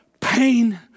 pain